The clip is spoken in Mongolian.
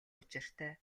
учиртай